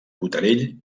botarell